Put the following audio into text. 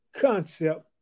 concept